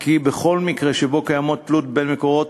כי בכל מקרה שבו קיימת תלות בין מקורות